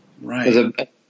Right